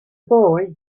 boy